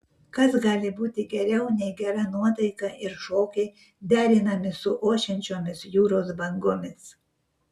kas gali būti geriau nei gera nuotaika ir šokiai derinami su ošiančiomis jūros bangomis